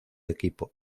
equipo